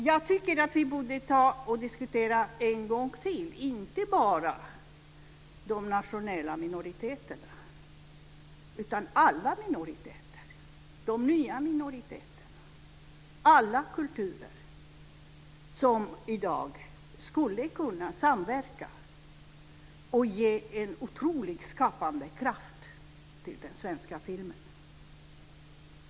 Jag tycker att vi en gång till borde diskutera inte bara de nationella minoriteterna utan alla minoriteter - de nya minoriteterna och alla kulturer som i dag skulle kunna samverka och ge en otrolig skapandekraft till den svenska filmen.